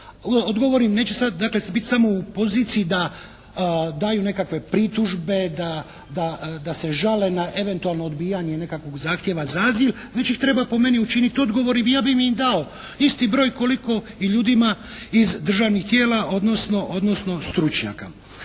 odgovornim. Neće sad dakle biti u poziciji da daju nekakve pritužbe, da se žale na eventualno odbijanje nekakvog zahtjeva za azil, već ih treba po meni učiniti odgovornim i ja bi im dao isti broj koliko i ljudima iz državnih tijela, odnosno stručnjaka.